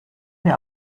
wir